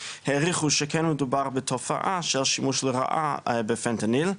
העריכו שכן מדובר בתופעה של שימוש לרעה בפנטניל,